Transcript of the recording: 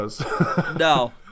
No